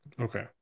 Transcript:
Okay